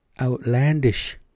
outlandish